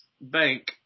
Bank